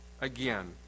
again